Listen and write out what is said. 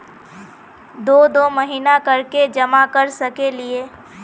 दो दो महीना कर के जमा कर सके हिये?